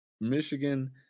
Michigan